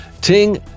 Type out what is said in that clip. Ting